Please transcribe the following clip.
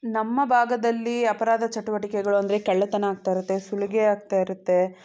ನಮ್ಮ ಭಾಗದಲ್ಲಿ ಅಪರಾಧ ಚಟುವಟಿಕೆಗಳು ಅಂದರೆ ಕಳ್ಳತನ ಆಗ್ತಾ ಇರುತ್ತೆ ಸುಲಿಗೆ ಆಗ್ತಾ ಇರುತ್ತೆ